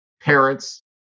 parents